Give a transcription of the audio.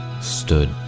stood